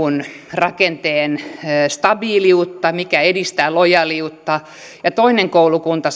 rakenteen stabiiliutta mikä edistää lojaaliutta toinen koulukunta